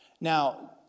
Now